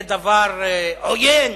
זה דבר עוין?